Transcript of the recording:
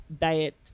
diet